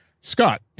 Scott